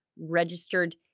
registered